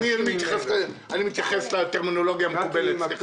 לכן אני מעלה את